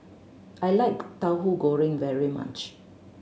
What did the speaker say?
I like Tahu Goreng very much